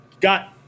got